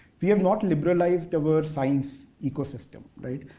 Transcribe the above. we have not liberalized our science ecosystem.